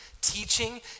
Teaching